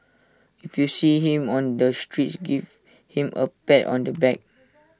if you see him on the streets give him A pat on the back